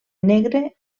negre